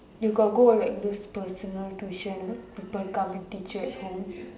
you got go like those personal tuition like people come and teach you at home